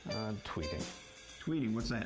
tweeting. tweeting? what's that?